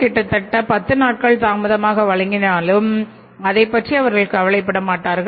கிட்டத்தட்ட10 நாட்கள் தாமதமாக வழங்கினாலும் அதைப்பற்றி அவர்கள் கவலைப்படமாட்டார்